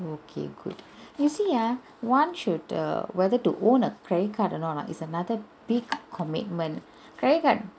okay good you see ah one should err whether to own a credit card or not ah it's another big commitment credit card